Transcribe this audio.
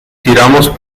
tiramos